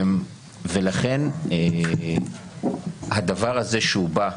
לכן הדבר הזה שהוא בא,